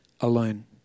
alone